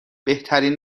بهترین